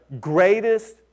greatest